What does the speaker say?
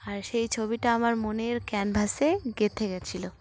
আর সেই ছবিটা আমার মনের ক্যানভাসে গেঁথে গেছিলো